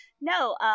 No